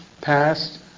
past